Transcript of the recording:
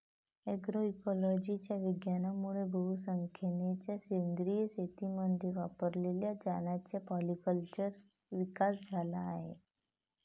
अग्रोइकोलॉजीच्या विज्ञानामुळे बहुसंख्येने सेंद्रिय शेतीमध्ये वापरल्या जाणाऱ्या पॉलीकल्चरचा विकास झाला आहे